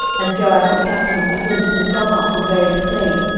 and joab the captain of the host was gone up to bury the slain,